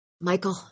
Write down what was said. Michael